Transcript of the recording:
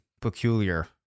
peculiar